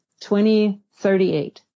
2038